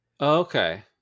Okay